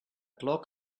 clock